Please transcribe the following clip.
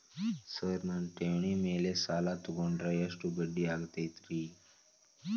Sir ನನ್ನ ಠೇವಣಿ ಮೇಲೆ ಸಾಲ ತಗೊಂಡ್ರೆ ಎಷ್ಟು ಬಡ್ಡಿ ಆಗತೈತ್ರಿ?